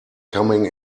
coming